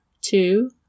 two